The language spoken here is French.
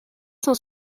cent